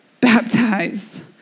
baptized